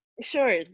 Sure